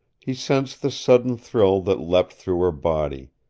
he sensed the sudden thrill that leapt through her body.